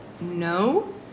no